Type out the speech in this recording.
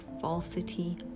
falsity